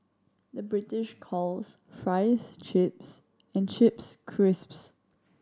the British calls fries chips and chips crisps